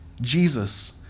Jesus